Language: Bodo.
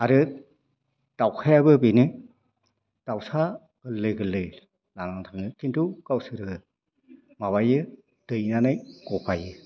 आरो दावखायाबो बेनो दाउसा गोरलै गोरलै लानानै थाङो किन्तु गावसोरो माबायो दैनानै गफायो